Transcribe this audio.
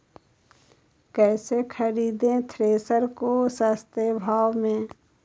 कैसे खरीदे थ्रेसर को सस्ते भाव में?